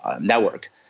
network